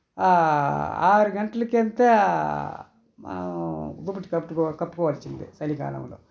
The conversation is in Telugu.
ఆరు గంటలకు అంతా మనం దుప్పటి కప్పుకోవాలి కప్పుకోవాల్సిందే చలికాలంలో